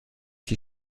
die